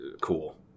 cool